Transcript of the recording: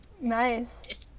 Nice